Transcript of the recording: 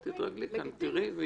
לגיטימי.